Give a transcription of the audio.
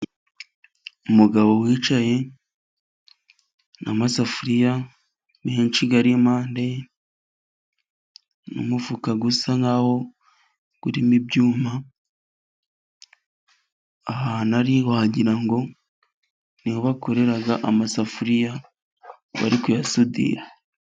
Umugabo wicaye n' amasafuriya menshi, ari iruhande rwe n'umufuka usa nk'aho urimo ibyuma, ahantu wagira ngo ni ho bakorera amasafuriya bari kuyasudira.